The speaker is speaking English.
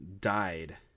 died